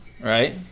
right